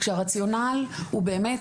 כשהרציונל הוא באמת,